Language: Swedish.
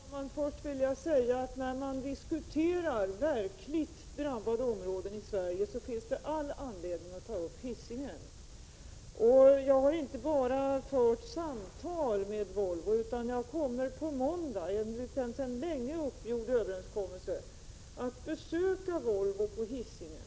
Herr talman! Först vill jag säga att när man talar om verkligt drabbade områden i Sverige finns det all anledning att ta upp Hisingen. Jag har inte bara fört samtal med Volvo, utan jag kommer att på måndag, enligt en sedan länge uppgjord överenskommelse, besöka Volvo på Hisingen.